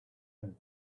and